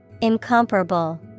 Incomparable